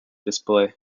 display